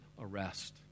arrest